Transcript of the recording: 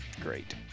great